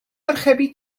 archebu